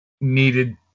needed